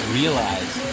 realize